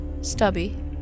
Stubby